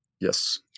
Yes